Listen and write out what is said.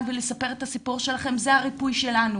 ולספר את הסיפור שלכם זה הריפוי שלנו.